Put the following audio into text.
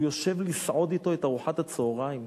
הוא יושב לסעוד אתו את ארוחת הצהריים.